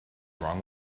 wrong